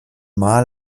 mal